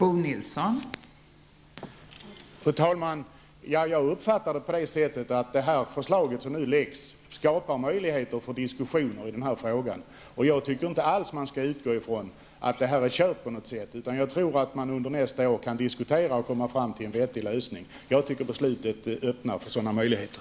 Fru talman! Jag uppfattar det så, att det förslag som nu läggs fram skapar möjligheter för diskussioner i den här frågan. Jag tycker inte alls att man skall utgå ifrån att loppet är kört på något sätt, utan jag tror att man under nästa år kan diskutera och komma fram till en vettig lösning. Beslutet öppnar alltså för sådana möjligheter